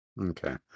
Okay